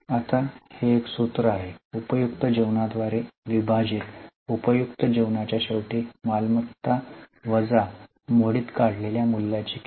आता हे एक सूत्र आहे उपयुक्त जीवना द्वारे विभाजित उपयुक्त जीवनाच्या शेवटी मालमत्ता वजा भंगार मूल्याची किंमत